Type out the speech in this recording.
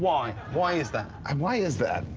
why why is that? um why is that?